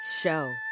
Show